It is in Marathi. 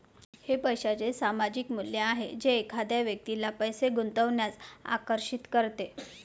हे पैशाचे सामायिक मूल्य आहे जे एखाद्या व्यक्तीला पैसे गुंतवण्यास आकर्षित करते